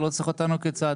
אתה לא צריך אותנו כצד.